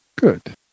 Good